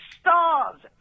stars